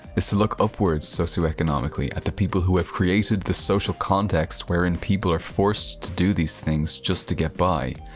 is to look upwards socioeconomically at the people who have created the social context wherein people are forced to do these things just to get by,